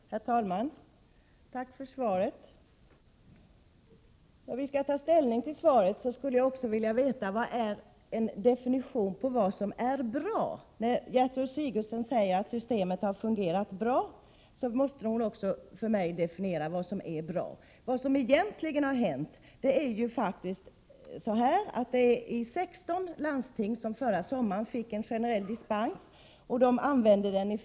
Herr talman! Tack för svaret! För att kunna ta ställning till svaret skulle jag vilja veta definitionen på vad som menas med att någonting är bra. När Gertrud Sigurdsen säger att systemet har fungerat bra, måste hon också definiera för mig vad som är att anse som bra. Vad som egentligen har hänt är att 16 landsting förra sommaren fick en generell dispens att göra sådana här förordnanden.